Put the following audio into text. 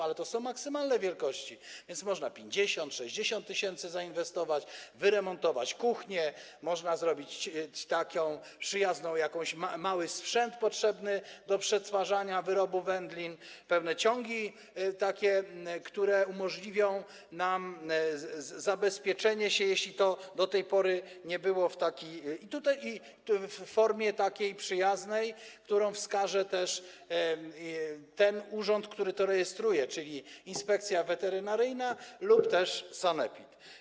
Ale to są maksymalne wielkości, więc można 50, 60 tys. zainwestować, wyremontować kuchnię, można zrobić taką przyjazną jakąś inwestycję w mały sprzęt potrzebny do przetwarzania, wyrobu wędlin, w pewne takie ciągi, które umożliwią nam zabezpieczenie się, jeśli do tej pory tego nie było, i to w formie takiej przyjaznej, jaką wskaże też ten urząd, który to rejestruje, czyli Inspekcja Weterynaryjna lub też sanepid.